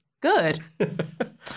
Good